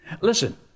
listen